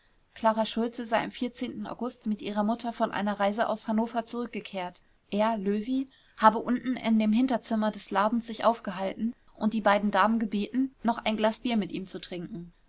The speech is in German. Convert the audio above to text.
klara schultze sei am august mit ihrer mutter von einer reise aus hannover zurückgekehrt er löwy habe unten in dem hinterzimmer terzimmer des ladens sich aufgehalten und die beiden damen gebeten noch ein glas bier mit ihm zu trinken